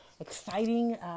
exciting